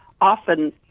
often